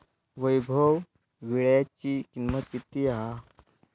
वैभव वीळ्याची किंमत किती हा?